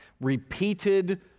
Repeated